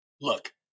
look